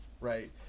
right